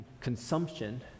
consumption